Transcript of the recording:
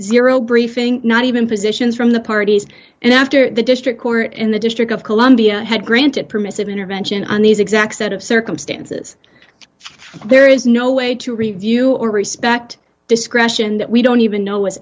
zero briefing not even positions from the parties and after the district court in the district of columbia had granted permissive intervention on these exact set of circumstances there is no way to review or respect discretion that we don't even know is